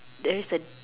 there is an